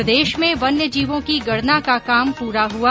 प्रदेश में वन्य जीवों की गणना का काम पूरा हुआ